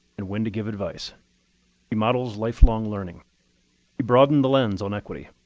and when to give advice. she models lifelong learning. she broadened the lens on equity.